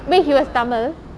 wait he was tamil